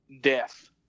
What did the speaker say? death